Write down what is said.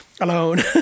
Alone